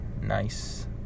nice